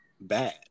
bad